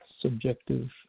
subjective